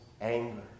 anger